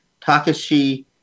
Takashi